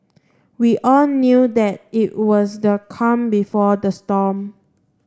we all knew that it was the calm before the storm